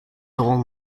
dull